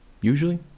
Usually